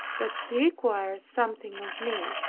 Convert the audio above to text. that he required something of me.